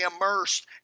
immersed